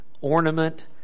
ornament